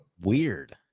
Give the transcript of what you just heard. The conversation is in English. weird